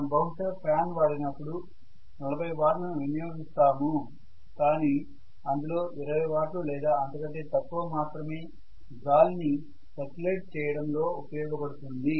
మనం బహుశా ఫ్యాన్ వాడినపుడు 40 వాట్లను వినియోగిస్తాము కానీ అందులో 20 వాట్లు లేదా అంత కంటే తక్కువ మాత్రమే గాలిని సర్క్యూలేట్ చేయడం లో ఉపయోగపడుతుంది